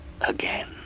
again